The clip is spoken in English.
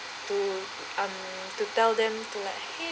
to um to tell them to like !hey!